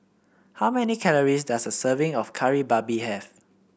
how many calories does a serving of Kari Babi have